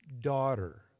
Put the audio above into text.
daughter